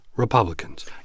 Republicans